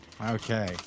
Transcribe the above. Okay